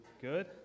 Good